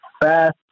fast